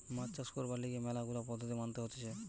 মাছ চাষ করবার লিগে ম্যালা গুলা পদ্ধতি মানতে হতিছে